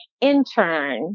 intern